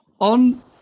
On